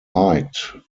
liked